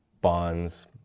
bonds